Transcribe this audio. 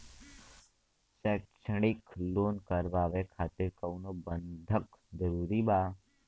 शैक्षणिक लोन करावे खातिर कउनो बंधक जरूरी बा?